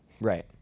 right